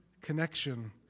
connection